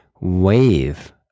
wave